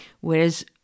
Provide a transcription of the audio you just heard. Whereas